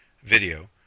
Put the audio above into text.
video